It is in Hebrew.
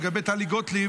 לגבי טלי גוטליב,